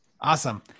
Awesome